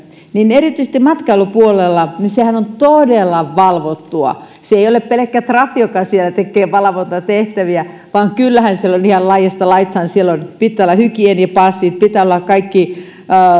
erityisesti matkailupuolella sehän on todella valvottua se ei ole pelkkä trafi joka siellä tekee valvontatehtäviä vaan kyllähän siellä on ihan laidasta laitaan siellä pitää olla hygieniapassit pitää olla kaikki